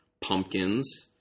pumpkins